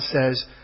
says